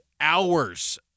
hours